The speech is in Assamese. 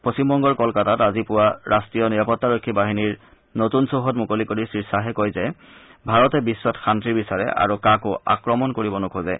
পশ্চিমবংগ কলকাতা আজি পুবা ৰাষ্টীয় নিৰাপত্তাৰক্ষী বাহিনীৰ নতুন চৌহদ মুকলি কৰি শ্ৰীশাহে কয় যে ভাৰতে বিগ্নত শান্তি বিচাৰে আৰু কাকো আক্ৰমণ কৰিব নোখোজে